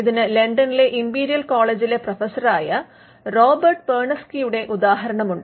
ഇതിന് ലണ്ടനിലെ ഇംപീരിയൽ കോളേജിലെ Imperial College London പ്രൊഫസറായ റോബർട്ട് പെർനെസ്കിയുടെ ഉദാഹരണമുണ്ട്